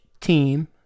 team